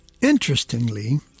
Interestingly